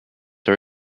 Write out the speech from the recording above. are